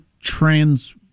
trans